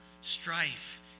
strife